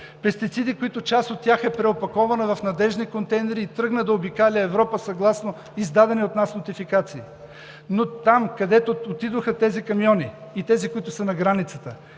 напрежение, като част от тях е преопакована в надеждни контейнери и тръгна да обикаля Европа съгласно издадени от нас нотификации. Но там, където отидоха камионите, и тези, които са на границата,